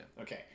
okay